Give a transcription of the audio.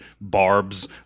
barbs